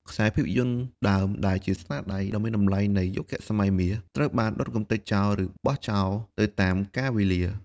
ខ្សែភាពយន្តដើម ដែលជាស្នាដៃដ៏មានតម្លៃនៃយុគសម័យមាស ត្រូវបានដុតកម្ទេចចោល ឬបោះចោលទៅតាមកាលវេលា។